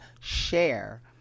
share